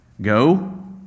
Go